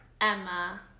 Emma